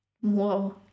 Whoa